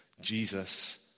Jesus